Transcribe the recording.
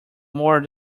more